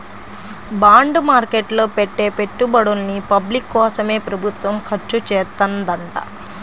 bond market లో పెట్టే పెట్టుబడుల్ని పబ్లిక్ కోసమే ప్రభుత్వం ఖర్చుచేత్తదంట